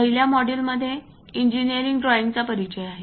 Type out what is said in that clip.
पहिल्या मॉड्यूल मध्ये इंजिनिअरिंग ड्रॉइंगचा परिचय आहे